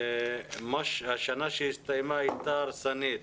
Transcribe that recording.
השנה שהסתיימה הייתה הרסנית